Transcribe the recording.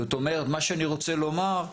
מה שאני רוצה לומר,